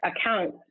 accounts